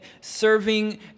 serving